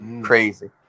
Crazy